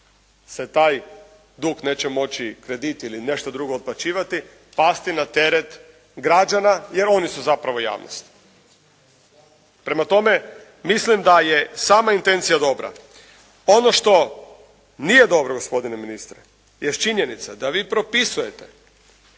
se taj dug neće moći, kredit ili nešto drugo otplaćivati pasti na teret građana jer oni su zapravo javnost. Prema tome, mislim da je sama intencija dobra. Ono što nije dobro gospodine ministre jest činjenica da vi propisujete